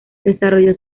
desarrollo